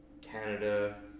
Canada